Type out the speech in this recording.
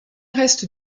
reste